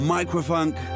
Microfunk